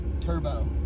turbo